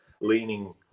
leaning